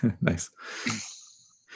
nice